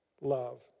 love